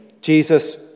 Jesus